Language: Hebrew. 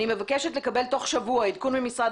אני מבקשת לקבל תוך שבוע עדכון ממשרד